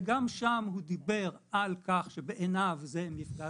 וגם שם הוא דיבר על כך שבעיניו זה מפגע